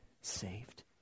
saved